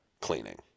cleaning